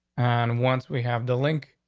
and once we have the link,